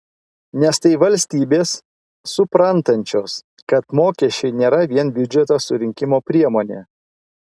nes tai valstybės suprantančios kad mokesčiai nėra vien biudžeto surinkimo priemonė